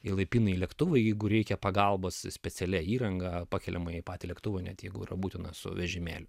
įlaipina į lėktuvą jeigu reikia pagalbos specialia įranga pakeliamąjį patį lėktuvą net jeigu yra būtina su vežimėliu